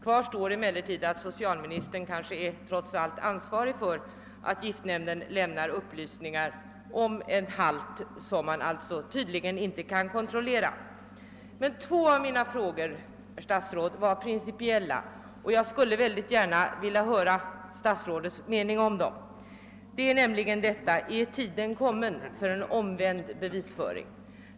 Kvar står emellertid att socialministern trots allt är ansvarig för att giftnämnden lämnar upplysningar om en halt som den tydligen inte kan kontrollera. Två av mina frågor är principiella, och jag vill gärna höra statsrådets mening om dem. Är tiden kommen för en omvänd bevisföring?